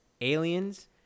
aliens